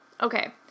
Okay